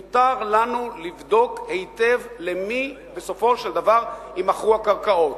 מותר לנו לבדוק היטב למי בסופו של דבר יימכרו הקרקעות.